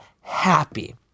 happy